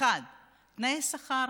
תנאי השכר